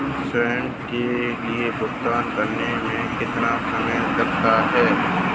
स्वयं के लिए भुगतान करने में कितना समय लगता है?